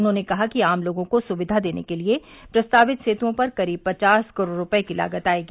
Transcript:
उन्होंने कहा कि आम लोगों को सुविधा देने के लिये प्रस्तावित सेतुओं पर करीब पचास करोड़ रूपये की लागत आयेगी